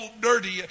dirty